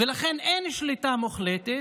ולכן אין שליטה מוחלטת.